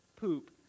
poop